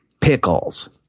pickles